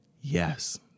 Yes